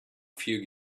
few